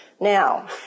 Now